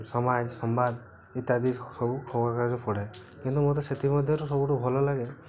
ସମାଜ ସମ୍ବାଦ ଇତ୍ୟାଦି ସବୁ ଖବର କାଗଜ ପଢ଼େ କିନ୍ତୁ ମୋତେ ସେଥି ମଧ୍ୟରୁ ସବୁଠୁ ଭଲ ଲାଗେ